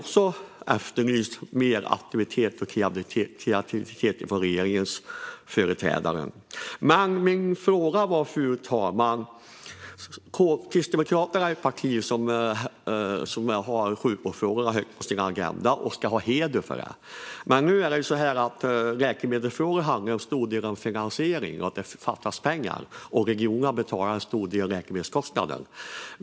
Här efterlyser jag mer aktivitet och kreativitet från regeringens företrädare. Fru talman! Kristdemokraterna är ett parti som håller sjukvårdsfrågorna högt på sin agenda, och partiet ska hedras för det. Men läkemedelsfrågor handlar till stor del om finansiering, och det fattas pengar. Regionerna betalar en stor del av läkemedelskostnaderna.